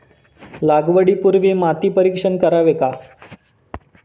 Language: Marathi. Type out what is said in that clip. लागवडी पूर्वी माती परीक्षण करावे का?